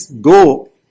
go